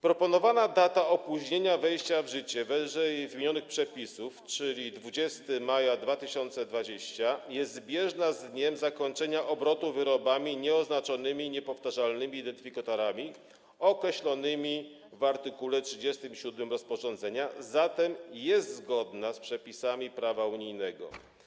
Proponowana data opóźnionego wejścia w życie ww. przepisów, czyli 20 maja 2020 r., jest zbieżna z dniem zakończenia obrotu wyrobami nieoznaczonymi niepowtarzalnymi identyfikatorami, określonymi w art. 37 rozporządzenia, zatem jest zgodna z przepisami prawa unijnego.